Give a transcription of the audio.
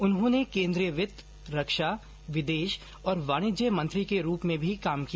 उन्होंने केंद्रीय वित्त रक्षा विदेश और वाणिज्य मंत्री के रूप में भी काम किया